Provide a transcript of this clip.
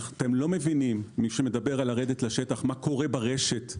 אתם לא מבינים מה קורה ברשת,